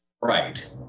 right